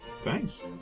Thanks